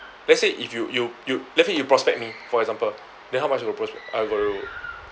let's say if you you you let's say you prospect me for example then how much you will prospect I will